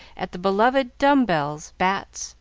at the beloved dumb-bells, bats,